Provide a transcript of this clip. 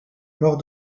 mort